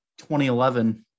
2011